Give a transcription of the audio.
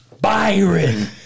Byron